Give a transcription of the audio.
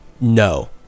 no